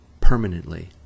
permanently